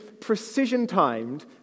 precision-timed